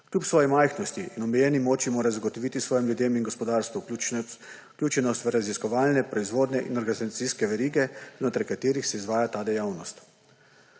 Kljub svoji majhnosti in omejeni moči mora zagotoviti svojim ljudem in gospodarstvu vključenost v raziskovalne, proizvodne in organizacijske verige, znotraj katerih se izvaja ta dejavnost.